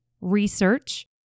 research